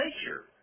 nature